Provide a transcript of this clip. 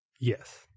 Yes